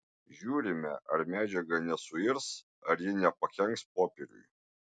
žiūrime ar medžiaga nesuirs ar ji nepakenks popieriui